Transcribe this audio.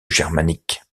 germanique